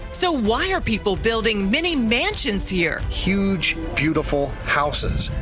so why are people building many mansions here? huge, beautiful houses.